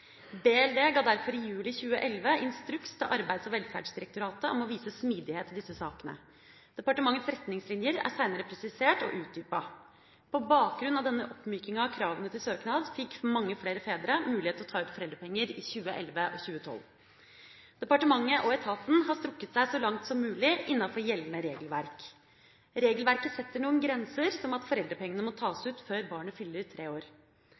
BLD ga derfor i juli 2011 instruks til Arbeids- og velferdsdirektoratet om å vise smidighet i disse sakene. Departementets retningslinjer er seinere presisert og utdypet. På bakgrunn av denne oppmykinga av kravene til søknad fikk mange flere fedre mulighet til å ta ut foreldrepenger i 2011 og 2012. Departementet og etaten har strukket seg så langt som mulig innenfor gjeldende regelverk. Regelverket setter noen grenser, som at foreldrepengene må tas ut før barnet fyller tre år.